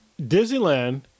Disneyland